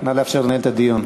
נא לאפשר לנהל את הדיון.